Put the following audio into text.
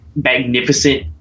magnificent